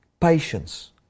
Patience